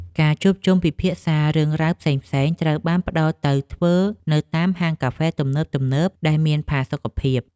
ការជួបជុំគ្នាពិភាក្សារឿងរ៉ាវផ្សេងៗត្រូវបានប្តូរទៅធ្វើនៅតាមហាងកាហ្វេទំនើបៗដែលមានផាសុកភាព។